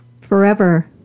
Forever